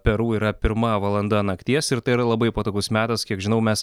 peru yra pirma valanda nakties ir tai yra labai patogus metas kiek žinau mes